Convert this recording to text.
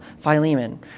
Philemon